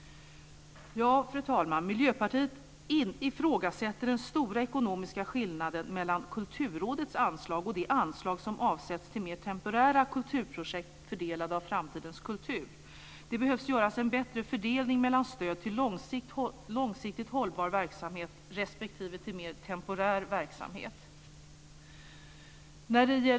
Fru talman! Miljöpartiet ifrågasätter den stora ekonomiska skillnaden mellan Kulturrådets anslag och det anslag som avsätts till mer temporära kulturprojekt som fördelas av Framtidens kultur. Det behöver göras en bättre fördelning mellan stöd till långsiktigt hållbar verksamhet respektive till mer temporär verksamhet.